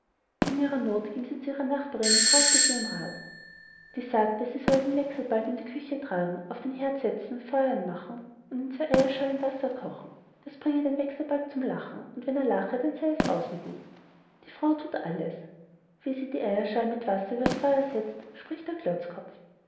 in ihrer noth ging sie zu ihrer nachbarin und fragte sie um rath die sagte sie solle den wechselbalg in die küche tragen auf den heerd setzen feuer anmachen und in zwei eierschalen wasser kochen das bringe den wechselbalg zum lachen und wenn er lache dann sey es aus mit ihm die frau thut alles wie sie die eierschalen mit wasser übers feuer setzt spricht der